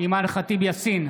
אימאן ח'טיב יאסין,